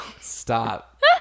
Stop